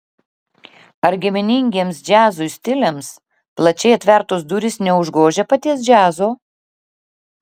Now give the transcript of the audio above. ar giminingiems džiazui stiliams plačiai atvertos durys neužgožia paties džiazo